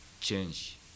change